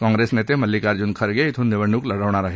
काँग्रेस नेते मल्लिकार्जून खरगे इथून निवडणूक लढवणार आहेत